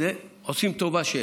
עושים טובה.